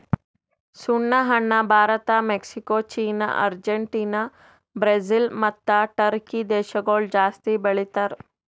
ಸುಣ್ಣ ಹಣ್ಣ Bharat, Mexico, China, Argentina, Brazil ಮತ್ತ ಟರ್ಕಿ ದೇಶಗೊಳ್ ಜಾಸ್ತಿ ಬೆಳಿತಾರ್